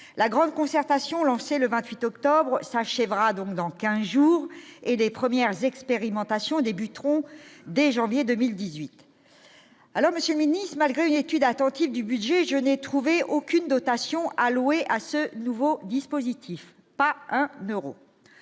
la grande concertation lancée le 28 octobre s'achèvera donc dans 15 jours, et les premières expérimentations débuteront dès janvier 2018 allo monsieur malgré une étude attentive du budget, je n'ai trouvé aucune dotation allouée à ce nouveau dispositif, pas un bureau,